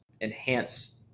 enhance